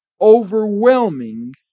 Overwhelming